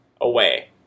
away